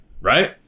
right